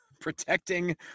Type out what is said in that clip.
protecting